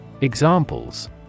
EXAMPLES